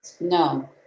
No